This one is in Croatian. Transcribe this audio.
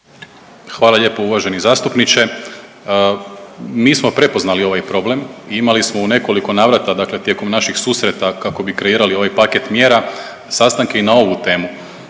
Hvala lijepo uvaženi zastupniče. Mi smo prepoznali ovaj problem i imali smo u nekoliko navrata, dakle tijekom naših susreta kako bi kreirali ovaj paket mjera sastanke i na ovu temu